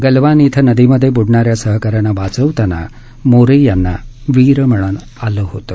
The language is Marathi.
गलवान इथं नदीमध्ये बुडणाऱ्या सहकाऱ्यांना वाचवतांना मोरे यांना वीरमरण आलं होतं